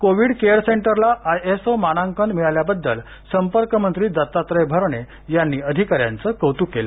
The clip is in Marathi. कोविड केअर सेंटरला आयएसओ मानांकन मिळाल्याबद्दल संपर्क मंत्री दत्तात्रय भरणे यांनी अधिकाऱ्यांचे कौतुक केले